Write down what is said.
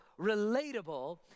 relatable